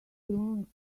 belongs